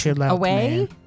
away